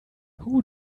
who